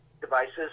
devices